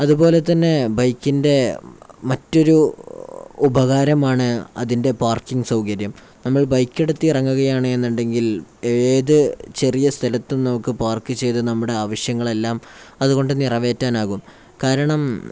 അതുപോലെ തന്നെ ബൈക്കിൻ്റെ മറ്റൊരു ഉപകാരമാണ് അതിൻ്റെ പാർക്കിംഗ് സൗകര്യം നമ്മൾ ബൈക്കെടുത്തിറങ്ങുകയാണെന്നുണ്ടെങ്കിൽ ഏത് ചെറിയ സ്ഥലത്തും നമുക്ക് പാർക്ക് ചെയ്ത് നമ്മുടെ ആവശ്യങ്ങളെല്ലാം അതുകൊണ്ട് നിറവേറ്റാനാകും കാരണം